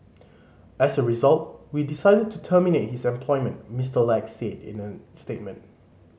as a result we decided to terminate his employment Mister Lack said in a statement